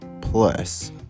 Plus